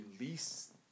release